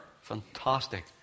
Fantastic